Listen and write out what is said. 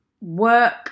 work